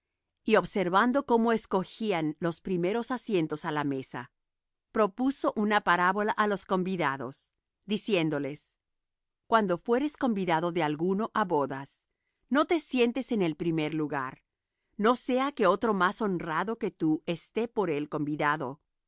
y observando cómo escogían los primeros asientos á la mesa propuso una parábola á los convidados diciéndoles cuando fueres convidado de alguno á bodas no te sientes en el primer lugar no sea que otro más honrado que tú esté por él convidado